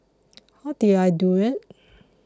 how did I do it